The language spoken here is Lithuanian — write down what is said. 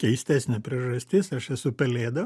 keistesnė priežastis aš esu pelėda